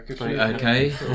okay